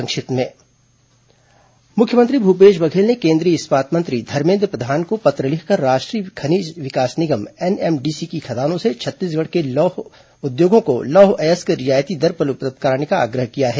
संक्षिप्त समाचार मुख्यमंत्री भूपेश बघेल ने केन्द्रीय इस्पात मंत्री धर्मेन्द्र प्रधान को पत्र लिखकर राष्ट्रीय खनिज विकास निगम एनएमडीसी की खदानों से छत्तीसगढ़ के उद्योगों को लौह अयस्क रियायती दर पर उपलब्ध कराने का आग्रह किया है